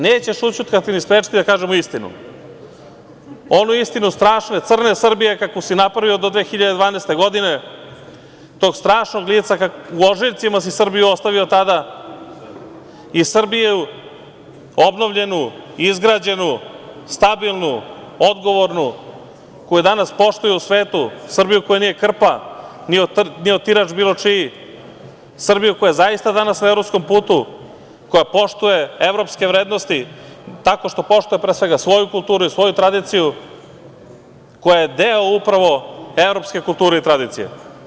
Nećeš ućutkati ni sprečiti da kažemo istinu, onu istinu strašne, crne Srbije, kakvu si napravio do 2012. godine, tog strašnog lica, u ožiljcima si Srbiju ostavio tada i Srbiju obnovljenu, izgrađenu, stabilnu, odgovornu, koju danas poštuju u svetu, Srbiju koja nije krpa ni otirač bilo čiji, Srbiju koja je zaista danas na evropskom putu, koja poštuje evropske vrednosti, tako što poštuje pre svega svoju kulturu i svoju tradiciju, koja je deo upravo evropske kulture i tradicije.